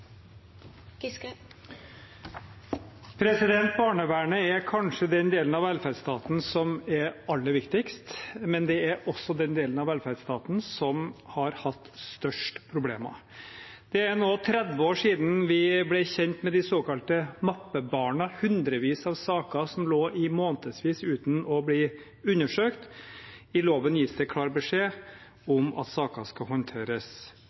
Barnevernet er kanskje den delen av velferdsstaten som er aller viktigst, men det er også den delen av velferdsstaten som har hatt størst problemer. Det er nå 30 år siden vi ble kjent med de såkalte mappebarna – hundrevis av saker som lå i månedsvis uten å bli undersøkt. I loven gis det klar beskjed om at saker skal håndteres